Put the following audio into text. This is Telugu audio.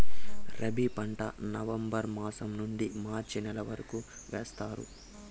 రబీ పంట నవంబర్ మాసం నుండీ మార్చి నెల వరకు వేస్తారు